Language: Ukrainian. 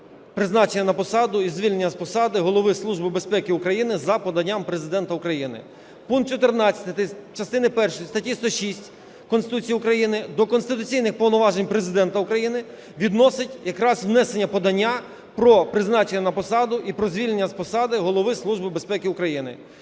призначення на посаду і звільнення з посади Голови Служби безпеки України за поданням Президента України. Пункт 14 частини першої статті 106 Конституції України до конституційних повноважень Президента України відносить якраз внесення подання про призначення на посаду і про звільнення з посади Голови Служби безпеки України.